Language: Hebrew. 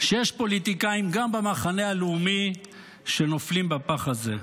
שיש פוליטיקאים גם במחנה הלאומי שנופלים בפח הזה.